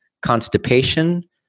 constipation